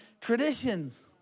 traditions